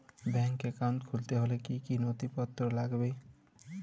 Bank account খুলতে হলে কি কি নথিপত্র লাগবে?